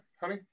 honey